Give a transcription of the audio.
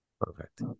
Perfect